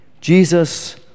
Jesus